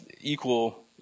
equal